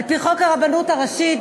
על-פי חוק הרבנות הראשית,